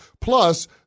Plus